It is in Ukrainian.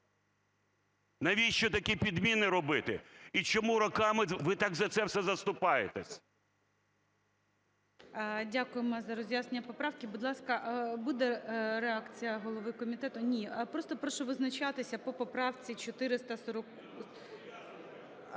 Навіщо такі підміни робити? І чому роками ви так за це все заступаєтеся? ГОЛОВУЮЧИЙ. Дякуємо за роз'яснення поправки. Будь ласка, буде реакція голови комітету? Ні. Просто прошу визначатися по поправці… Дякую.